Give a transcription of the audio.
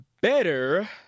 Better